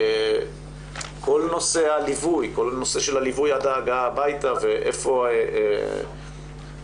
כל נושא הליווי עד ההגעה הביתה ואיפה אתם,